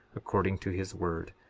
according to his word,